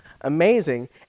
Amazing